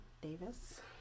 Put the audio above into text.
Davis